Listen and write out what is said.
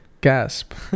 gasp